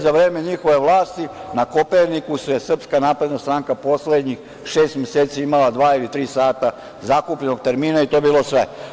Za vreme njihove vlasti na „Kopernikusu“ je Srpska napredna stranka poslednjih šest meseci imala dva ili tri sata zakupljenog termina, i to je bilo sve.